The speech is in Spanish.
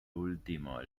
último